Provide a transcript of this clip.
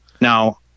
Now